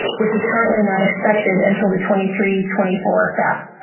which is currently not expected until the twenty three twenty four fafsa.